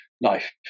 life